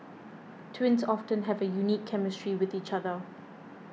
twins often have a unique chemistry with each other